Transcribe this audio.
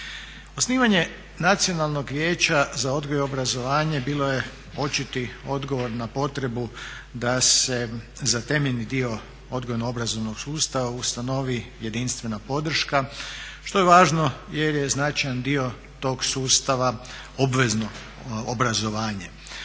Osnivanje Nacionalnog vijeća za odgoj i obrazovanje bilo je očiti odgovor na potrebu da se za temeljni dio odgojno-obrazovanog sustava ustanovi jedinstvena podrška što je važno jer je značajan dio tog sustav obvezno obrazovanje.